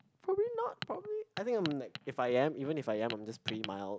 probably not probably I think I'm like if I am even if I am I'm just like pretty mild